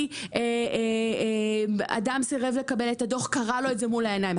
כי אדם סירב לקבל את הדוח וקרע אותו מול העיניים,